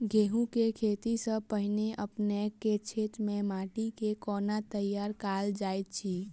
गेंहूँ केँ खेती सँ पहिने अपनेक केँ क्षेत्र मे माटि केँ कोना तैयार काल जाइत अछि?